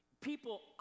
People